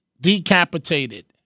decapitated